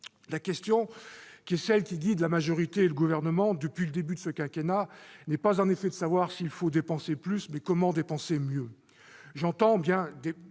La question qui guide la majorité et le Gouvernement depuis le début de ce quinquennat est en effet de savoir non pas s'il faut dépenser plus, mais comment dépenser mieux.